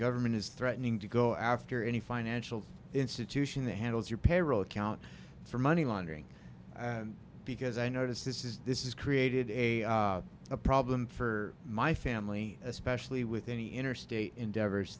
government is threatening to go after any financial institution that handles your payroll account for money laundering because i notice this is this is created a a problem for my family especially with any interstate endeavors